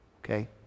Okay